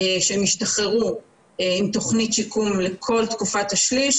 שהם ישתחררו עם תוכנית שיקום לכל תקופת השליש,